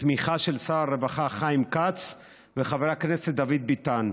בתמיכה של שר הרווחה חיים כץ וחבר הכנסת דוד ביטן,